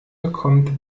bekommt